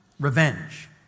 revenge